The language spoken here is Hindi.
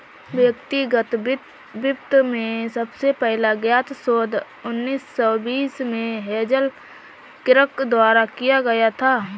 व्यक्तिगत वित्त में सबसे पहला ज्ञात शोध उन्नीस सौ बीस में हेज़ल किर्क द्वारा किया गया था